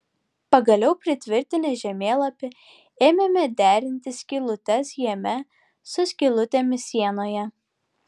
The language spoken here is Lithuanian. pagaliau pritvirtinę žemėlapį ėmėme derinti skylutes jame su skylutėmis sienoje